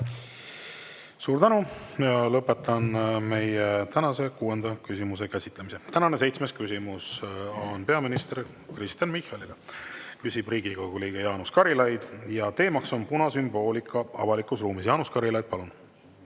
Suur tänu! Ja lõpetan meie tänase kuuenda küsimuse käsitlemise. Tänane seitsmes küsimus on peaminister Kristen Michalile. Küsib Riigikogu liige Jaanus Karilaid ja teemaks on punasümboolika avalikus ruumis. Jaanus Karilaid, palun!